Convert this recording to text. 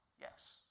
Yes